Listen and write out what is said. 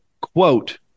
quote